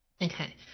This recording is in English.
Okay